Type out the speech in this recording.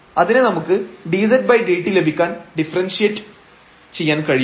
അതിനെ നമുക്ക് dzdt ലഭിക്കാൻ ഡിഫറെൻഷിയേറ്റ് ചെയ്യാൻ കഴിയും